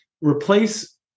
replace